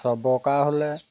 চবকা হ'লে